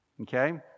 Okay